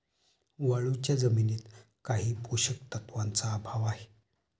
वाळूच्या जमिनीत काही पोषक तत्वांचा अभाव आहे